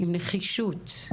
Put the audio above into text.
עם נחישות.